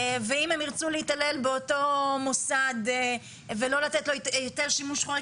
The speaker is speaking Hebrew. ואם הם ירצו להתעלל באותו מוסד ולא לתת לו היתר שימוש חורג,